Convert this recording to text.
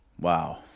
Wow